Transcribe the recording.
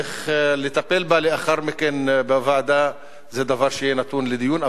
איך לטפל בה לאחר מכן בוועדה זה יהיה נתון לדיון.